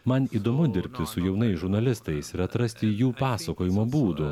man įdomu dirbti su jaunais žurnalistais ir atrasti jų pasakojimo būdų